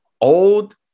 old